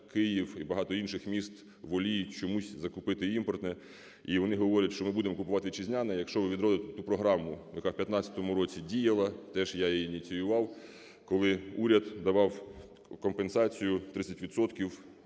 Київ і багато інших міст воліють чомусь закупити імпортне. І вони говорять, що ми будемо купувати вітчизняне, якщо ви відродите ту програму, яка в 15-му році діяла, теж я її ініціював, коли уряд давав компенсацію 30